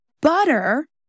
butter